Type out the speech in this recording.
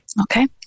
Okay